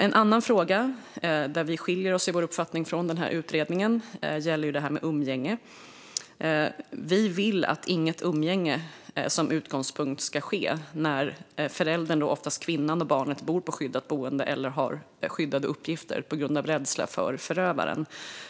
En annan fråga där vår uppfattning skiljer sig från utredningens gäller detta med umgänge. Vi vill som utgångspunkt att inget umgänge ska ske när föräldern, oftast kvinnan, och barnet bor i skyddat boende eller har skyddade uppgifter på grund av rädsla för förövaren.